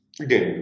again